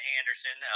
Anderson